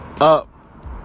up